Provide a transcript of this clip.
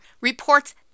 reports